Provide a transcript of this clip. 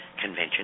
Convention